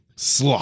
Sloth